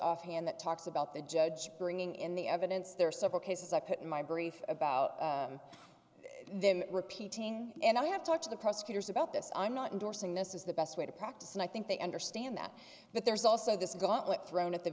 offhand that talks about the judge bringing in the evidence there are several cases i put in my brief about them repeating and i have talked to the prosecutors about this i'm not endorsing this is the best way to practice and i think they understand that but there's also this gauntlet thrown at the